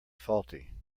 faulty